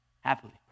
happily